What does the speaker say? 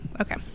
Okay